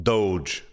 Doge